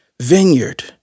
vineyard